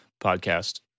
podcast